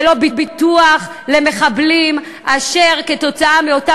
ולא ביטוח למחבלים אשר כתוצאה מאותה